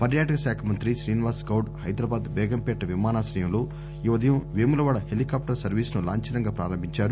పర్యాటకశాఖమంతి శ్రీనివాసగొద్ హైదరాబాద్ బేగంపేట విమానాశయంలో ఈ ఉదయం వేములవాడ హెలికాప్టర్ సర్వీసును లాంఛనంగా ప్రారంభించారు